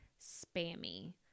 spammy